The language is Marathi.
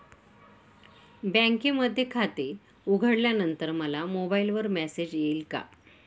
बँकेमध्ये खाते उघडल्यानंतर मला मोबाईलवर मेसेज येईल का?